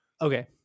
Okay